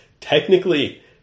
technically